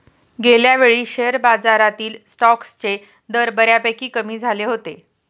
गेल्यावेळी शेअर बाजारातील स्टॉक्सचे दर बऱ्यापैकी कमी झाले होते